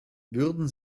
würden